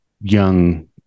young